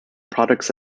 products